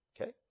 Okay